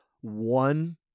one